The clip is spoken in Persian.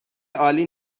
عالی